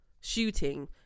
shooting